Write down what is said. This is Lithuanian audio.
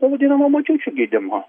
to vadinamo močiučių gydymo